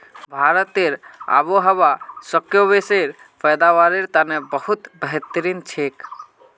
भारतेर आबोहवा स्क्वैशेर पैदावारेर तने बहुत बेहतरीन छेक